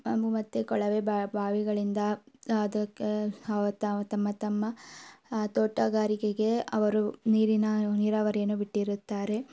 ಮತ್ತು ಕೊಳವೆ ಬಾವಿಗಳಿಂದ ಅದಕ್ಕೆ ತಮ್ಮ ತಮ್ಮ ತೋಟಗಾರಿಕೆಗೆ ಅವರು ನೀರಿನ ನೀರಾವರಿಯನ್ನು ಬಿಟ್ಟಿರುತ್ತಾರೆ